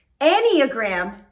Enneagram